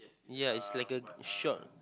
ya it's like a short